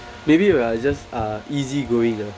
maybe we are just uh easy going ah